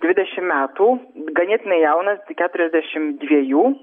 dvidešim metų ganėtinai jaunas tik keturiasdešim dvejų